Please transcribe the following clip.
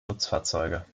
nutzfahrzeuge